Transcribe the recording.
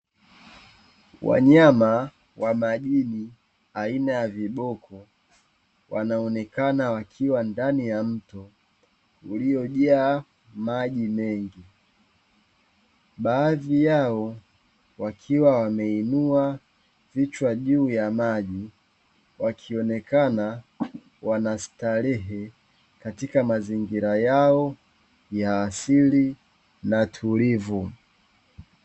Wanyama wa majini aina ya viboko wanaonekana wakiwa ndani ya mto uliojaa maji mengi. Baadhi yao wakiwa wameinua vichwa juu ya maji wakionekana wanastarehe katika mazingira yao ya asili na tulivu.